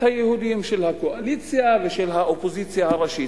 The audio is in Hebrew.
היהודים של הקואליציה ושל האופוזיציה הראשית?